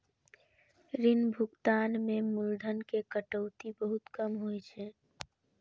ऋण भुगतान मे मूलधन के कटौती बहुत कम होइ छै